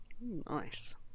Nice